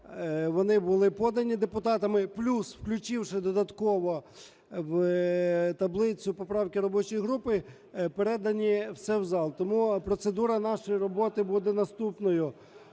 вони були подані депутатами, плюс включивши додатково в таблицю поправки робочої групи, передані все в зал. Тому процедура нашої роботи буде наступною.